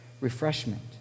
refreshment